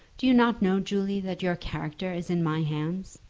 do you not know, julie, that your character is in my hands?